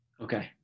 Okay